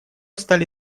стали